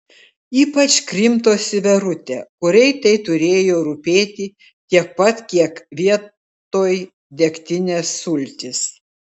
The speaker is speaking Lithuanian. ypač krimtosi verutė kuriai tai turėjo rūpėti tiek pat kiek vietoj degtinės sultys